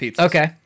okay